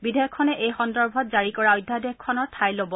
বিধেয়কখনে এই সন্দৰ্ভত জাৰি কৰা অধ্যাদেশখনৰ ঠাই লব